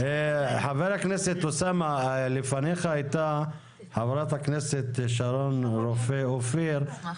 אין מחלוקת, היה כאן קודם חברי, מאיר יצחק